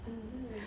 mmhmm